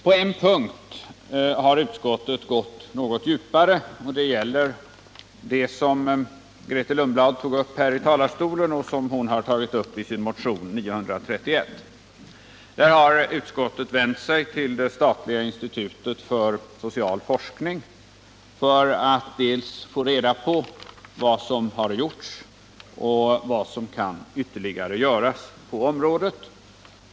På en punkt har utskottet gått något djupare, och det gäller det som Grethe Lundblad tagit upp i sin motion nr 931 och som hon berörde nyss i talarstolen. Där har utskottet vänt sig till det statliga institutet för social forskning för att få reda på vad som har gjorts och vad som ytterligare kan göras på området.